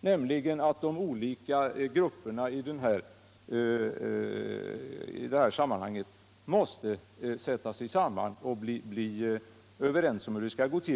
nämligen att de olika grupperna måste sätta sig samman och bli överens om hur det skall gå till.